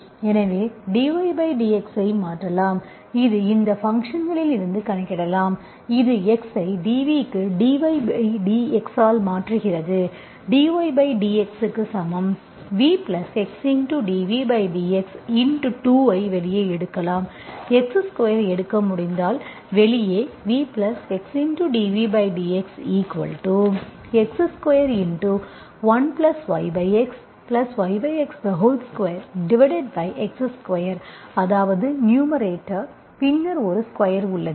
எனவே dydx ஐ மாற்றலாம் இது இந்த ஃபங்க்ஷன்லிருந்து கணக்கிடலாம் இது x ஐ dV க்கு dVdx ஆல் மாற்றுகிறது dydxக்கு சமம் Vx dVdx x2 ஐ வெளியே எடுக்கலாம் x2 ஐ எடுக்க முடிந்தால் வெளியே Vx dVdxx21yxyx2x2 அதாவது நியூமரேட்டர் பின்னர் ஒரு ஸ்கொயர் உள்ளது